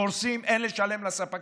הם קורסים אין להם לשלם לספקים?